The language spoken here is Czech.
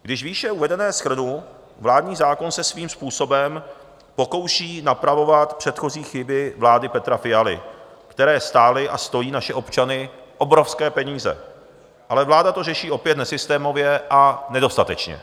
Když výše uvedené shrnu, vládní zákon se svým způsobem pokouší napravovat předchozí chyby vlády Petra Fialy, které stály a stojí naše občany obrovské peníze, ale vláda to řeší opět nesystémově a nedostatečně.